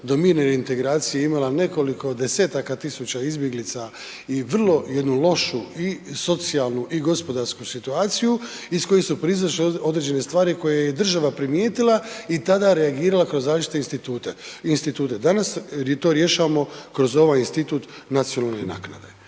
do mirne reintegracije imala nekoliko 10-taka tisuća izbjeglica i vrlo jednu lošu i socijalnu i gospodarsku situaciju iz koje su proizašle određene stvari koje je i država primijetila i tada reagirala kroz različite institute. Danas to rješavamo kroz ovaj institut nacionalne naknade